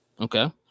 Okay